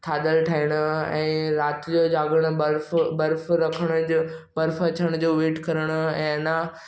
थाधल ठाहिणु ऐं रातिजो जाॻणु बर्फ़ बर्फ़ रखण जो बर्फ़ अचण जो वेइट करणु ऐं अञा